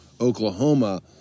Oklahoma